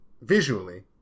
visually